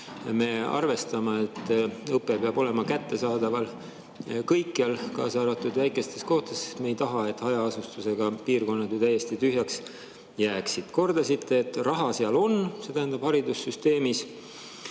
me arvestama, et õpe peab olema kättesaadav kõikjal, kaasa arvatud väikestes kohtades, sest me ei taha, et hajaasustusega piirkonnad täiesti tühjaks jääksid. Kordasite, et raha seal on, see tähendab, haridussüsteemis,